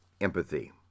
empathy